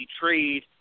trade